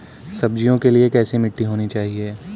सब्जियों के लिए कैसी मिट्टी होनी चाहिए?